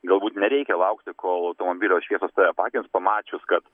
galbūt nereikia laukti kol automobilio šviesos tave apakins pamačius kad